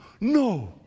No